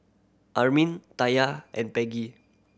Armin Taya and Peggie